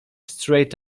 straight